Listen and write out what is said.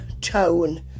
tone